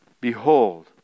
Behold